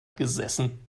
gesessen